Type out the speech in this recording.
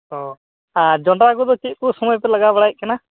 ᱚ ᱡᱚᱸᱰᱨᱟ ᱠᱚᱫᱚ ᱪᱮᱫ ᱠᱚ ᱥᱚᱢᱚᱭ ᱯᱮ ᱞᱟᱜᱟᱣ ᱵᱟᱲᱟᱭᱮᱫ ᱠᱟᱱᱟ